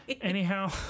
Anyhow